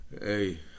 Hey